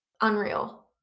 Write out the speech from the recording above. unreal